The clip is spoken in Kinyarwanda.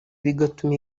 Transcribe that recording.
bigatuma